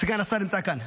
סגן השרה נמצא כאן,